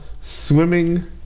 Swimming